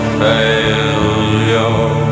failure